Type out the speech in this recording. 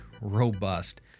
robust